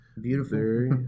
Beautiful